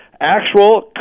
actual